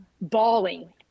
bawling